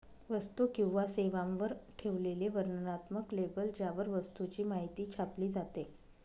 वस्तू किंवा सेवांवर ठेवलेले वर्णनात्मक लेबल ज्यावर वस्तूची माहिती छापली जाते